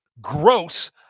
gross